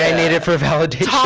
and need it for validation. ah